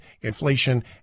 inflation